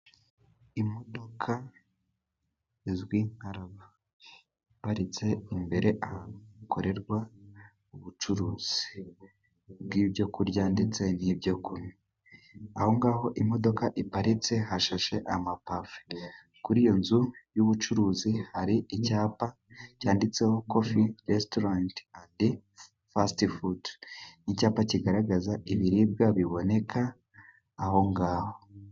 Imodoka izwi nka Rava ,ikaba iparitse imbere ahakorerwa ubucuruzi bw'ibyo kurya ndetse n'ibyo kunywa ,aho ngaho imodoka iparitse hashashe amapave, kuri iyo nzu y'ubucuruzi hari icyapa cyanditseho kofi resitorenti a endi fasiti fudu, n'icyapa kigaragaza ibiribwa biboneka aho ngaho.